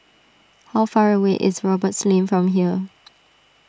how far away is Roberts Lane from here